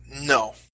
no